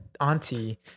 auntie